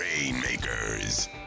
Rainmakers